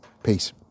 Peace